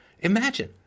imagine